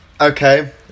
Okay